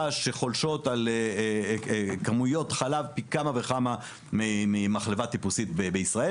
שחולשות על כמויות חלב פי כמה וכמה ממחלבה טיפוסית בישראל.